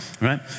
Right